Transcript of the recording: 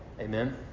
Amen